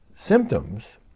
symptoms